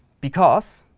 because